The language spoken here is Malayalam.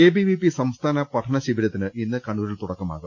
എബിവിപി സംസ്ഥാന പഠനശിബിരത്തിന് ഇന്ന് കണ്ണൂരിൽ തുടക്കമാവും